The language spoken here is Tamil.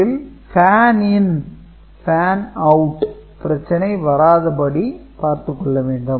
இதில் பேன் இன் பேன் அவுட் பிரச்சனை வராதபடி பார்த்துக் கொள்ள வேண்டும்